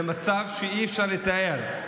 זה מצב שאי-אפשר לתאר.